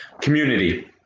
Community